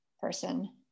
person